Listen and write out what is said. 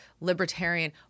libertarian